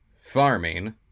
Farming